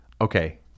Okay